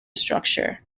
structure